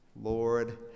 Lord